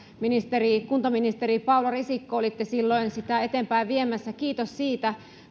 ministeri silloin kuntaministeri paula risikko olitte sitä eteenpäin viemässä kiitos siitä